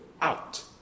out